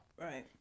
Right